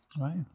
Right